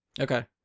Okay